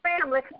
family